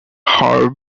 hard